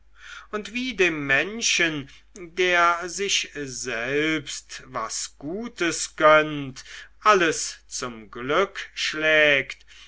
und wie dem menschen der sich selbst was gutes gönnt alles zum glück schlägt